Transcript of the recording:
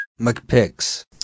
McPix